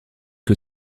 que